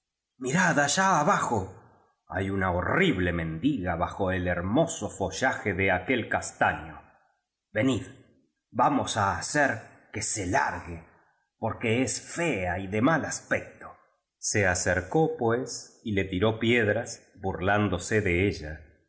mirad allá abajo hay una horrible mendiga bajo el her moso follaje de aquel castaño venid vamos á hacer que se largue porque es fea y de mal aspecto se acercó pues y le tiró piedras burlándose de ella